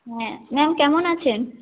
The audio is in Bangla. হ্যাঁ ম্যাম কেমন আছেন